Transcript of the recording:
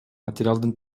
материалдын